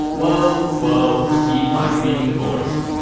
woe, woe. heed my grieving voice.